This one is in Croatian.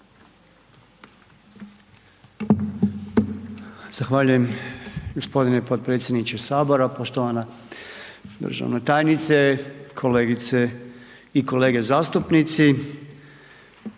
Zahvaljujem gospodine potpredsjedniče Sabora, poštovana državna tajnice, kolegice i kolege zastupnici.